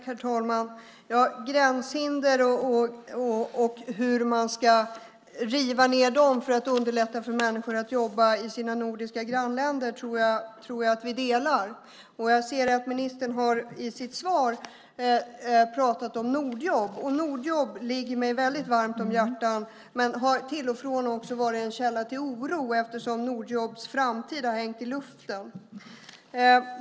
Herr talman! Jag tror att vi delar uppfattningen att man ska riva ned gränshinder för att underlätta för människor att jobba i sina nordiska grannländer. Ministern pratar om Nordjobb i sitt svar. Nordjobb ligger mig väldigt varmt om hjärtat men har till och från också varit en källa till oro eftersom Nordjobbs framtid har hängt i luften.